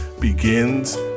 begins